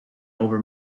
over